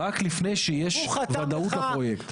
רק לפני שיש וודאות לפרויקט.